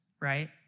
right